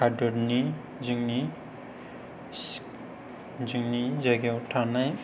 हादोरनि जोंनि जायगायाव थानाय